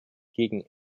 gegen